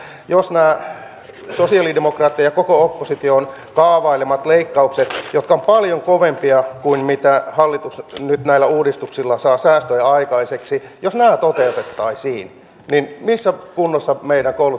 jos nämä sosialidemokraattien ja koko opposition kaavailemat leikkaukset jotka ovat paljon kovempia kuin mitä hallitus nyt näillä uudistuksilla saa säästöjä aikaiseksi toteutettaisiin niin missä kunnossa meidän koulutusjärjestelmämme olisi